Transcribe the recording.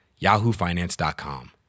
yahoofinance.com